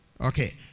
Okay